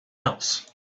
else